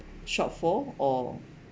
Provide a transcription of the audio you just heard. shortfall or